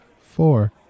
Four